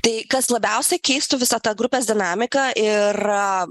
tai kas labiausiai keistų visą tą grupės dinamiką ir